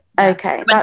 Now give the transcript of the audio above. Okay